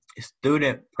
student